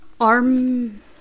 arm